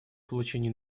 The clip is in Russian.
получение